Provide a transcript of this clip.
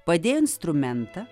padėjo instrumentą